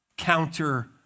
counter